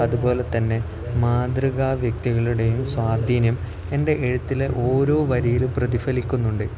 അതുപോലെത്തന്നെ മാതൃകാ വ്യക്തികളുടെയും സ്വാധീനം എൻ്റെ എഴുത്തിലെ ഓരോ വരിയിലും പ്രതിഫലിക്കുന്നുണ്ട്